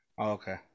Okay